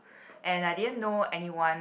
and I didn't know anyone